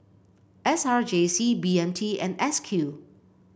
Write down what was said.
S R J C B M T and S Q